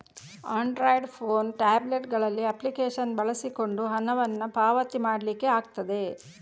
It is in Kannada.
ಆಂಡ್ರಾಯ್ಡ್ ಫೋನು, ಟ್ಯಾಬ್ಲೆಟ್ ಗಳಲ್ಲಿ ಅಪ್ಲಿಕೇಶನ್ ಬಳಸಿಕೊಂಡು ಹಣವನ್ನ ಪಾವತಿ ಮಾಡ್ಲಿಕ್ಕೆ ಆಗ್ತದೆ